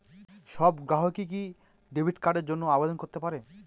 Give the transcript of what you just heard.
সব গ্রাহকই কি ডেবিট কার্ডের জন্য আবেদন করতে পারে?